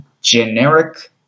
generic